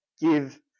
give